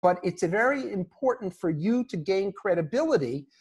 ‫אבל זה מאוד חשוב בשבילך ‫להשיג הכרה.